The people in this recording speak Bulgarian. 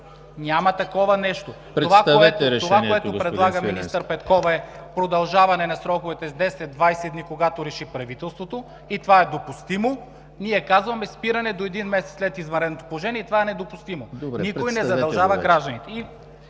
ГЕОРГИ СВИЛЕНСКИ: Това, което предлага министър Петкова, е продължаване на сроковете с десет, двадесет дни – когато реши правителството, и това е допустимо. Ние казваме „спиране за един месец след извънредното положение“ и това е недопустимо?! Никой не задължава гражданите.